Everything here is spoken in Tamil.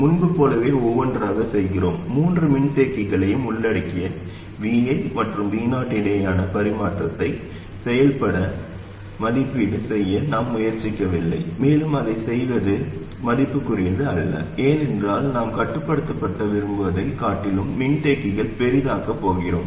முன்பு போலவே ஒவ்வொன்றாகச் செய்கிறோம் மூன்று மின்தேக்கிகளையும் உள்ளடக்கிய Vi மற்றும் Vo இடையேயான பரிமாற்றச் செயல்பாட்டை மதிப்பீடு செய்ய நாம் முயற்சிக்கவில்லை மேலும் அதைச் செய்வது மதிப்புக்குரியது அல்ல ஏனென்றால் நாம் கட்டுப்படுத்த விரும்புவதைக் காட்டிலும் மின்தேக்கிகளை பெரிதாக்கப் போகிறோம்